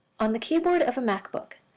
on the keyboard of a macbook.